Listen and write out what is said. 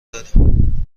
داریم